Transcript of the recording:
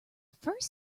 first